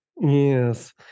Yes